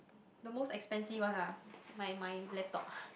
the most expensive one ah my my laptop